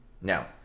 Now